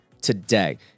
today